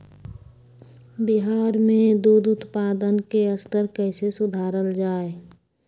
बिहार में दूध उत्पादन के स्तर कइसे सुधारल जाय